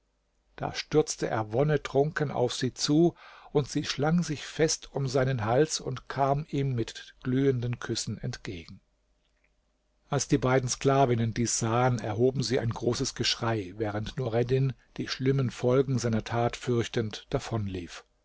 da stürzte er wonnetrunken auf sie zu und sie schlang sich fest um seinen hals und kam ihm mit glühenden küssen entgegen als die beiden sklavinnen dies sahen erhoben sie ein großes geschrei während nureddin die schlimmen folgen seiner tat fürchtend